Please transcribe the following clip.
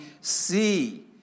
see